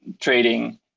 trading